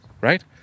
right